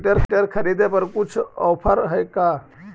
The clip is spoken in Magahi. फिटर खरिदे पर कुछ औफर है का?